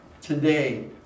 today